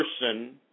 person